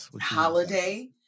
holiday